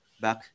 back